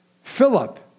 Philip